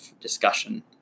discussion